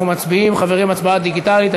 אנחנו מצביעים, חברים, הצבעה דיגיטלית.